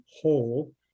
whole